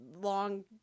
long